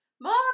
mom